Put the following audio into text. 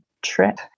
trip